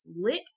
lit